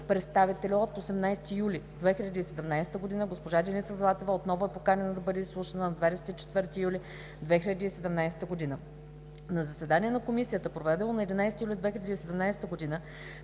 представители от 18 юли 2017 г. госпожа Деница Златева отново е поканена да бъде изслушана на 24 юли 2017 г. На заседание на Комисията, проведено на 11 юли 2017 г.,